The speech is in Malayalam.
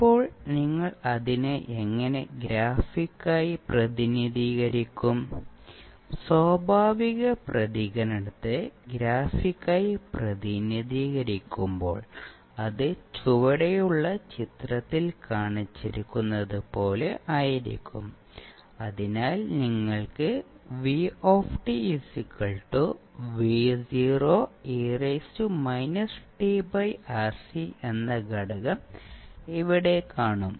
ഇപ്പോൾ നിങ്ങൾ അതിനെ എങ്ങനെ ഗ്രാഫിക്കായി പ്രതിനിധീകരിക്കും സ്വാഭാവിക പ്രതികരണത്തെ ഗ്രാഫിക്കായി പ്രതിനിധീകരിക്കുമ്പോൾ അത് ചുവടെയുള്ള ചിത്രത്തിൽ കാണിച്ചിരിക്കുന്നതുപോലെ ആയിരിക്കും അതിനാൽ നിങ്ങൾക്ക് എന്ന ഘടകം ഇവിടെ കാണും